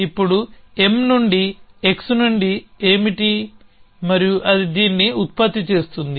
ఇప్పుడు m నుండి x నుండి ఏమిటి మరియు అది దీన్ని ఉత్పత్తి చేస్తుంది